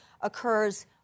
occurs